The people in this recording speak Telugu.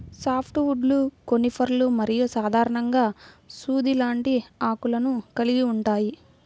సాఫ్ట్ వుడ్లు కోనిఫర్లు మరియు సాధారణంగా సూది లాంటి ఆకులను కలిగి ఉంటాయి